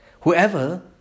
Whoever